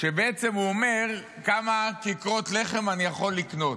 שבעצם הוא אומר כמה כיכרות לחם אני יכול לקנות,